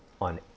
on